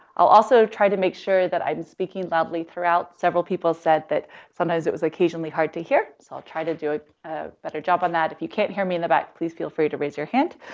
i'll also try to make sure that i'm speaking loudly throughout. several people said that sometimes it was occasionally hard to hear, so i'll try to do a better job on that. if you can't hear me in the back please feel free to raise your hand.